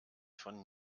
von